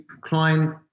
client